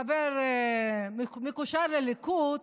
חבר מקושר לליכוד.